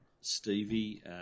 Stevie